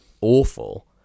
awful